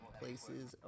places